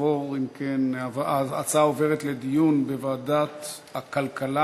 ההצעה עוברת לדיון בוועדת הכלכלה.